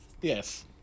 Yes